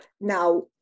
Now